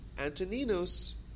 Antoninus